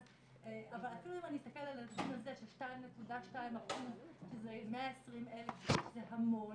אבל אפילו אם אני אסתכל על הנתון הזה של 2.2% שזה 120,000 זה המון.